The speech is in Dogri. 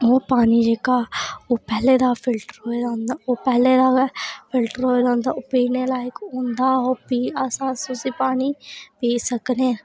ओह् पानी जेह्का ओह् पैह्लें दा फिल्टर होइयै औंदा ओह् पैह्लें दा गै फिल्टर होए दा होंदा ओह् पीने लाइक होंदा बी अस अस उसी पानी ई पी सकनें आं